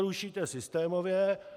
Rušíte to systémově.